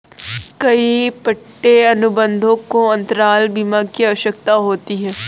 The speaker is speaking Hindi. कई पट्टे अनुबंधों को अंतराल बीमा की आवश्यकता होती है